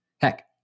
Heck